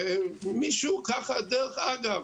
מישהו, ככה, דרך אגב,